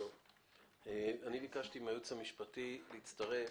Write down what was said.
ביקשתי מהייעוץ המשפטי להצטרף.